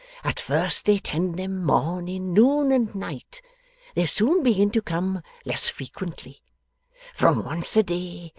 at first they tend them, morning, noon, and night they soon begin to come less frequently from once a day,